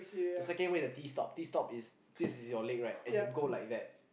the second way is the T stop T stop is this is your leg right and you go like that